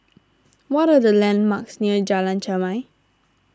what are the landmarks near Jalan Chermai